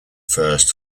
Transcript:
first